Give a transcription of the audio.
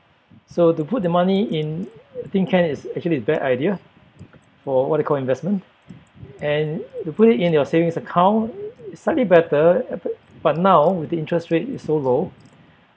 so to put the money in a tin can is actually a bad idea for what you call investment and to put it in your savings account is slightly better effort but now with the interest rate is so low